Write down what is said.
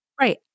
Right